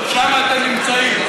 שם אתם נמצאים.